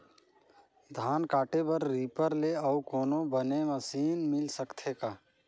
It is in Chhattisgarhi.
धान काटे बर रीपर ले अउ कोनो बने मशीन मिल सकथे का?